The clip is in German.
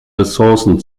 ressourcen